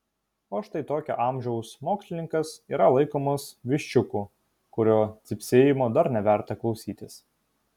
o štai tokio amžiaus mokslininkas yra laikomas viščiuku kurio cypsėjimo dar neverta klausytis